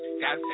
got